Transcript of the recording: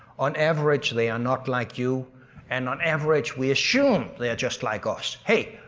on average they are not like you and on average we assume they are just like us. hey,